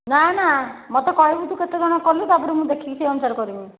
ନା ନା ମୋତେ କହିବୁ ତୁ କେତେ କ'ଣ କଲୁ ତା'ପରେ ମୁଁ ଦେଖିକି ସେଇ ଅନୁସାରେ କରିବୁ